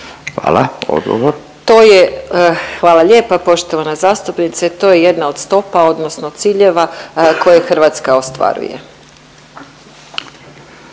(HDZ)** To je… Hvala lijepa poštovana zastupnice. To je jedna od stopa odnosno ciljeva koje Hrvatska ostvaruje.